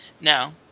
No